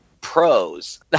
pros